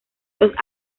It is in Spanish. los